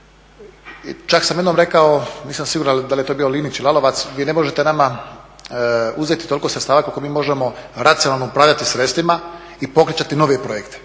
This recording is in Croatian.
čak sam jednom rekao, nisam siguran da li je to bio Linić ili Lalovac vi ne možete nama uzeti toliko sredstava koliko mi možemo racionalno upravljati sredstvima i pokretati nove projekte.